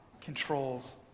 controls